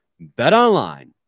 BetOnline